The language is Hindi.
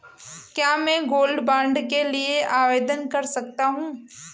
क्या मैं गोल्ड बॉन्ड के लिए आवेदन कर सकता हूं?